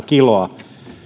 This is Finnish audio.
kiloa